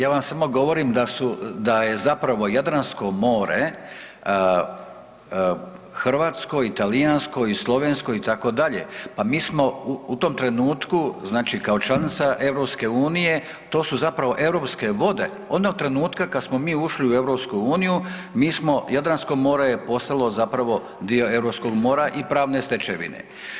Ja vam samo govorim da su, da je zapravo Jadransko more hrvatsko i talijansko i slovensko itd., pa mi smo u tom trenutku znači kao članica EU, to su zapravo europske vode onog trenutka kad smo mi ušli u EU mi smo, Jadransko more je postalo zapravo dio europskog mora i pravne stečevine.